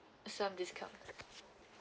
some discount